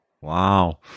Wow